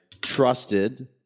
trusted